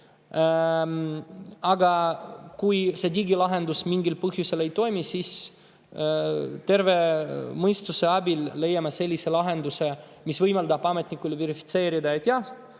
Aga kui see digilahendus mingil põhjusel ei toimi, siis terve mõistuse abil leiame sellise lahenduse, mis võimaldab ametnikul verifitseerida, et jah,